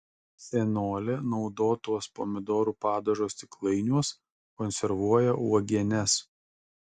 senolė naudotuos pomidorų padažo stiklainiuos konservuoja uogienes